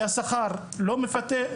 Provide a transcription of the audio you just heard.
כי השכר לא מפתה,